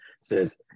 says